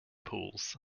pools